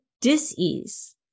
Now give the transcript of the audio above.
dis-ease